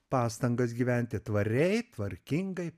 pastangas gyventi tvariai tvarkingai